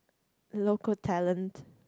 local talent